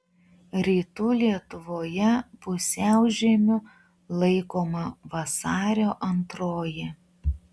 rytų lietuvoje pusiaužiemiu laikoma vasario antroji